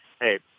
hey